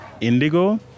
Indigo